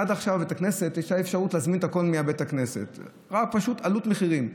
עד עכשיו הייתה אפשרות להזמין את הכול מבית הכנסת פשוט במחיר עלות.